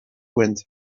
wind